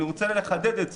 אני רוצה לחדד את זה.